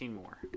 more